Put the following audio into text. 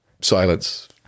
Silence